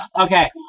Okay